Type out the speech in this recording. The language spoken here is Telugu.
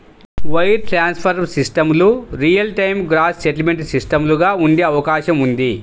వైర్ ట్రాన్స్ఫర్ సిస్టమ్లు రియల్ టైమ్ గ్రాస్ సెటిల్మెంట్ సిస్టమ్లుగా ఉండే అవకాశం ఉంది